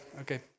okay